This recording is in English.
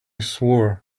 swore